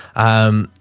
um,